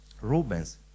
Rubens